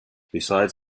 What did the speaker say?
besides